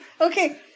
okay